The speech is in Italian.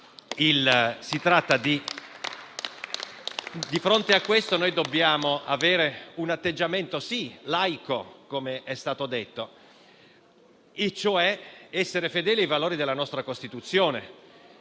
Di fronte a questo dobbiamo avere un atteggiamento, sì, laico, com'è stato detto, ma ciò significa essere fedeli ai valori della nostra Costituzione,